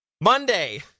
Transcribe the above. Monday